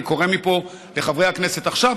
אני קורא מפה לחברי הכנסת: עכשיו,